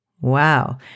Wow